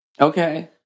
Okay